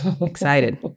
excited